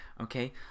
okay